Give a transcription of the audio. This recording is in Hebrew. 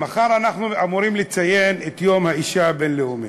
מחר אנחנו אמורים לציין את יום האישה הבין-לאומי.